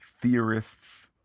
theorists